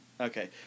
Okay